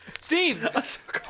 Steve